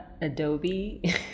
Adobe